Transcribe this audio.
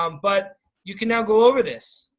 um but you can now go over this,